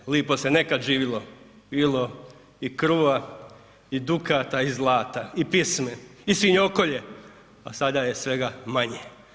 E,e, lipo se nekad živilo, bilo i kruva i dukata i zlata i pisme i svinjokolje, a sada je svega manje.